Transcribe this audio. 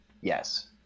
Yes